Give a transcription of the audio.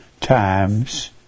times